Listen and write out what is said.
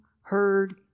heard